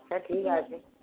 হ্যাঁ ঠিক আছে